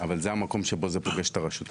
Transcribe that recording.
אבל זה המקום שבו זה פוגש את הרשות המקומית,